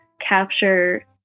capture